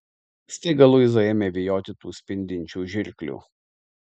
staiga luiza ėmė bijoti tų spindinčių žirklių